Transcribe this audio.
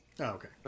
okay